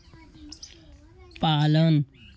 पालन